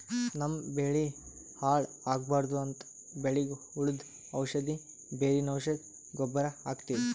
ನಮ್ಮ್ ಬೆಳಿ ಹಾಳ್ ಆಗ್ಬಾರ್ದು ಅಂತ್ ಬೆಳಿಗ್ ಹುಳ್ದು ಔಷಧ್, ಬೇರಿನ್ ಔಷಧ್, ಗೊಬ್ಬರ್ ಹಾಕ್ತಿವಿ